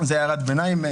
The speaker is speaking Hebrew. זו הערת ביניים.